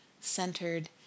centered